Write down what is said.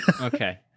Okay